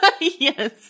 yes